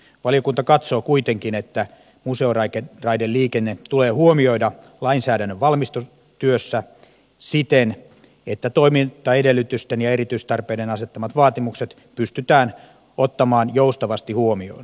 valiokunta katsoo kuitenkin että museoraideliikenne tulee huomioida lainsäädännön valmistelutyössä siten että toimintaedellytysten ja erityistarpeiden asettamat vaatimukset pystytään ottamaan joustavasti huomioon